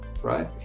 right